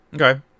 Okay